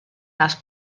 las